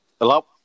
Hello